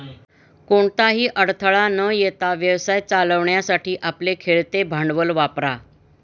कोणताही अडथळा न येता व्यवसाय चालवण्यासाठी आपले खेळते भांडवल वापरा